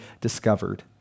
discovered